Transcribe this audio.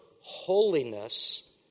Holiness